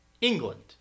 England